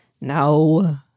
no